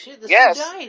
Yes